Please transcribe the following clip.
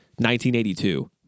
1982